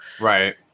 Right